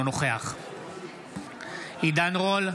אינו נוכח עידן רול,